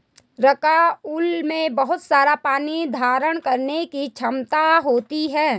rockwool में बहुत सारा पानी धारण करने की क्षमता होती है